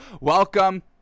welcome